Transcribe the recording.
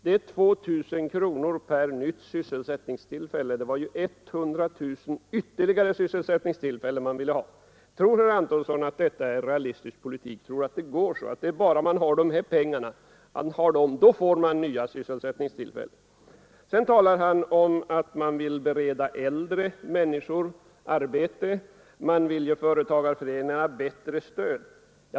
Det är 2000 kronor per nytt sysselsättningstillfälle, men det var ju 100 000 ytterligare sysselsättningstillfällen man ville ha. Tror herr Antonsson att detta är realistisk politik och att det går till så, att bara man har fått dessa pengar, får man nya sysselsättningstillfällen? Herr Antonsson talar om att man vill bereda äldre människor arbete och att man vill ge bättre stöd till företagarföreningarna.